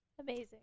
Amazing